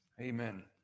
amen